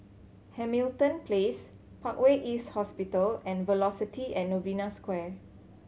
Hamilton Place Parkway East Hospital and Velocity and Novena Square